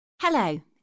Hello